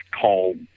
called